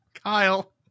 Kyle